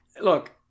look